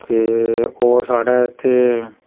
ते होर साढ़ै इत्थै